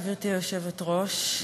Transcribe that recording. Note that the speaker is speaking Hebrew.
גברתי היושבת-ראש,